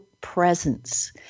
presence